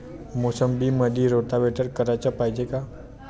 मोसंबीमंदी रोटावेटर कराच पायजे का?